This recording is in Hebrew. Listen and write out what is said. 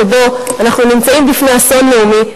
שבו אנחנו נמצאים בפני אסון לאומי,